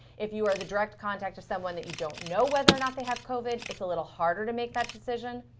if you are the direct contact of someone that you don't know whether or not they have covid, it's a little harder to make that decision.